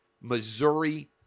Missouri